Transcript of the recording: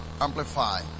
amplify